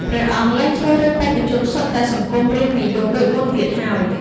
ព្រះអង្គលែងជ្រើសរើសបេក្ខជនសុទ្ធតែសង្គមរាស្ត្រនិយមដូចមុនទៀតហើយ។